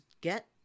get